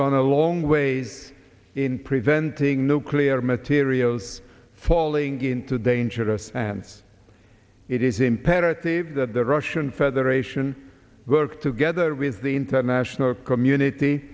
gone a long way in preventing nuclear materials falling into dangerous hands it is imperative that the russian federation work to gathered with the international community